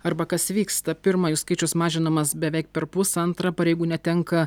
arba kas vyksta pirma jų skaičius mažinamas beveik perpus antra pareigų netenka